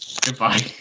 goodbye